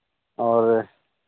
और